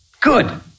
Good